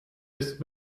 ist